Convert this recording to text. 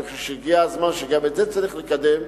אני חושב שהגיע הזמן, גם את זה צריך לקדם,